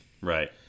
Right